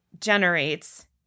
generates